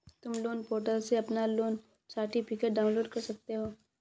तुम loan portal से अपना लोन सर्टिफिकेट डाउनलोड कर सकते हो